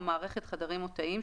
או מערכת חדרים או תאים,